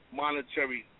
monetary